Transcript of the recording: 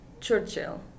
churchill